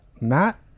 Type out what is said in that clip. Matt